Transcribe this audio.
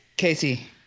Casey